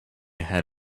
ahead